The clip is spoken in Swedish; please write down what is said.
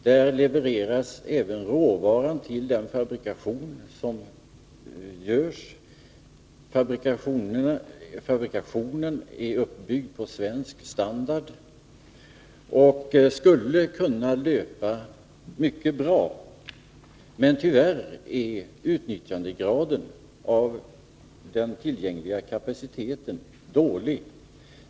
Där levereras även råvaran till fabrikationen. Fabrikationen är uppbyggd på svensk standard och skulle kunna löpa mycket bra. Men tyvärr är utnyttjandegraden dålig när det gäller den tillgängliga kapaciteten.